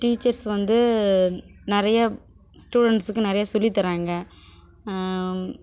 teachers வந்து நிறைய ஸ்டூடெண்ட்ஸுக்கு நிறைய சொல்லித்தராங்க